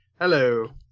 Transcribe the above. Hello